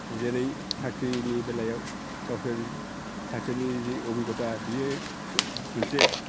जेरै साख्रिनि बेलायाव गावसोर साख्रिनि जि अबिगथा बियो मोनसे